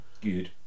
Good